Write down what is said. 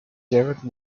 jarrett